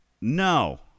No